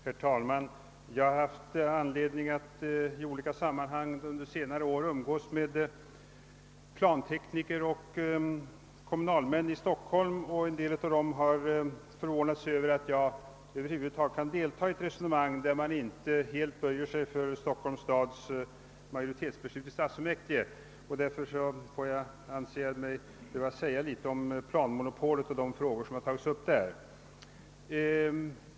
Herr talman! Jag har under senare år i olika sammanhang haft anledning att umgås med plantekniker och kommunalmän i Stockholm. En del av dessa har förvånat sig över att jag över huvud taget kan delta i ett resonemang där man inte helt böjer sig för Stockholms stadsfullmäktiges majoritetsbeslut. Därför anser jag mig böra säga något om planmonopolet och de frågor som i detta sammanhang tagits upp.